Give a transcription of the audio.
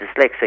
dyslexic